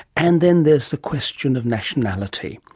and then there's the question of nationality.